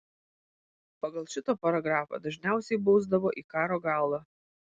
pagal šitą paragrafą dažniausiai bausdavo į karo galą